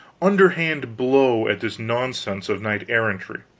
underhand blow at this nonsense of knight errantry,